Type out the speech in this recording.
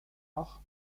noch